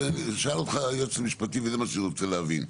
שאל אותך היועץ המשפטי, וזה מה שאני רוצה להבין,